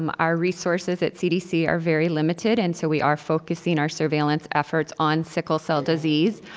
um our resources at cdc are very limited, and so we are focusing our surveillance efforts on sickle cell disease.